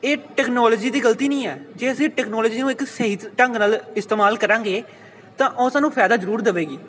ਇਹ ਟੈਕਨੋਲੋਜੀ ਦੀ ਗਲਤੀ ਨਹੀਂ ਹੈ ਜੇ ਅਸੀਂ ਟੈਕਨੋਲੋਜੀ ਨੂੰ ਇੱਕ ਸਹੀ ਢੰਗ ਨਾਲ ਇਸਤੇਮਾਲ ਕਰਾਂਗੇ ਤਾਂ ਉਹ ਸਾਨੂੰ ਫਾਇਦਾ ਜ਼ਰੂਰ ਦੇਵੇਗੀ